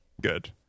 Good